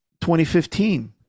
2015